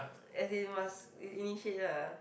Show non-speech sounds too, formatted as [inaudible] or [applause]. [noise] as in must ini~ initiate lah